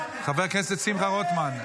חבר הכנסת שמחה רוטמן,